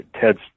Ted's